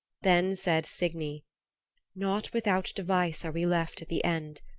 then said signy not without device are we left at the end.